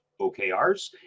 OKRs